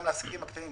גם לעסקים הקטנים,